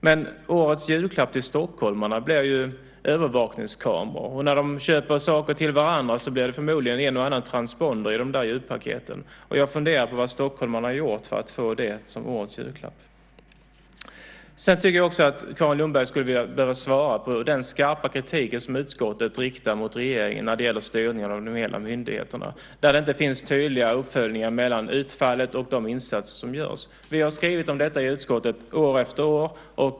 Men årets julklapp till stockholmarna blir ju övervakningskameror. Och när de köper saker till varandra blir det förmodligen en och annan transponder i julpaketen. Och jag funderar på vad stockholmarna har gjort för att få det som årets julklapp. Jag tycker också att Carin Lundberg skulle behöva svara på den skarpa kritik som utskottet riktar mot regeringen när det gäller styrningen av myndigheterna, där det inte finns tydliga uppföljningar av utfallet i förhållande till de insatser som görs. Vi har skrivit om detta i utskottet år efter år.